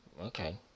okay